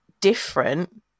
different